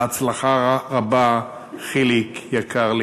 בהצלחה רבה, חיליק יקר לי.